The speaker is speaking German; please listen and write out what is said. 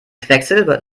quecksilber